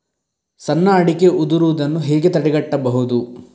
ಸಣ್ಣ ಅಡಿಕೆ ಉದುರುದನ್ನು ಹೇಗೆ ತಡೆಗಟ್ಟಬಹುದು?